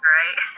right